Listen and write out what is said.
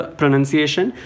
pronunciation